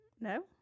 No